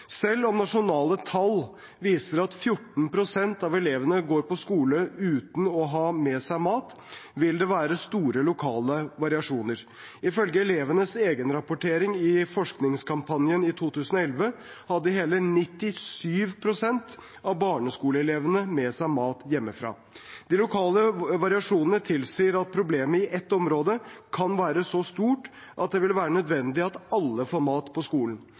Selv om nasjonale tall viser at 14 pst. av elevene går på skole uten å ha med seg mat, vil det være store lokale variasjoner. Ifølge elevenes egenrapportering i forskningskampanjen i 2011 hadde hele 97 pst. av barneskoleelevene med seg mat hjemmefra. De lokale variasjonene tilsier at problemet i ett område kan være så stort at det vil være nødvendig at alle får mat på skolen.